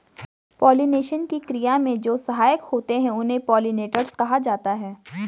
pollination की क्रिया में जो सहायक होते हैं उन्हें पोलिनेटर्स कहा जाता है